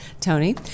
Tony